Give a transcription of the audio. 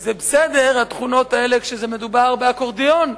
זה בסדר התכונות האלה כשמדובר באקורדיון,